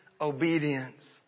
obedience